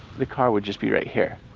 the car would just be right here.